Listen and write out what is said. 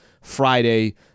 Friday